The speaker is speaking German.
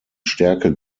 stärke